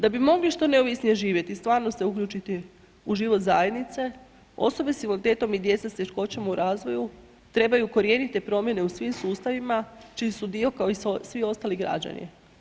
Da bi mogli što neovisnije živjeti i stvarno se uključiti u život zajednice, osobe sa invaliditetom i djeca s teškoćama u razvoju, trebaju korijenite promjene u svim sustavima čiji su dio kao i svi ostali građani.